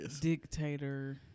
dictator